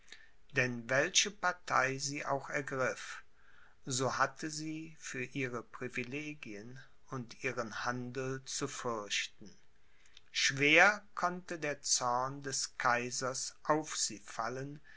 denn welche partei sie auch ergriff so hatte sie für ihre privilegien und ihren handel zu fürchten schwer konnte der zorn des kaisers auf sie fallen